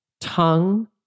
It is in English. tongue